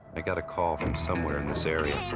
i got a call from somewhere in this area.